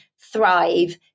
thrive